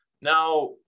Now